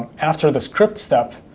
after the script step,